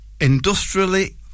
industrially